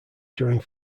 during